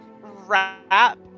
wrap